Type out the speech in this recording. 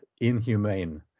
inhumane